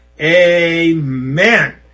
amen